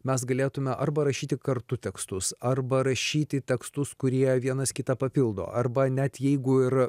mes galėtume arba rašyti kartu tekstus arba rašyti tekstus kurie vienas kitą papildo arba net jeigu ir